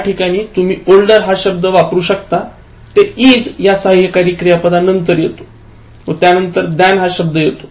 याठिकाणी तुम्ही ओल्डर हा शब्द वापरू शकता ते is या साह्यकारी क्रियापदांनंतर येते व त्यांनतर than हा शब्द येतो